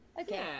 Okay